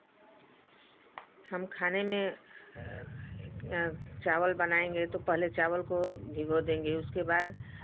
हम खाने में चावल बनाएंगे तो पहले चावल को भिगो देंगे उसके बाद